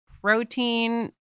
protein